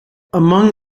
among